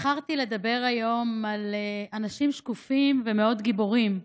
בחרתי לדבר היום על אנשים שקופים וגיבורים מאוד.